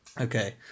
Okay